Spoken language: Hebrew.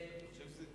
אני חושב שזה תשעה.